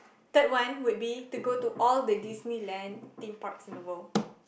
third one would be to go to all the Disneyland theme parks in the world